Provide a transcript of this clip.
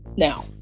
Now